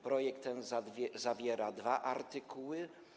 Projekt ten zawiera dwa artykuły.